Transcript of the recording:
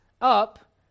Up